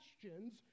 questions